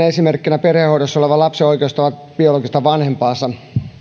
esimerkkinä perhehoidossa olevan lapsen oikeus tavata biologista vanhempaansa